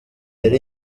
yari